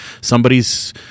Somebody's